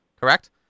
Correct